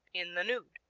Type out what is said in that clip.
in the nude.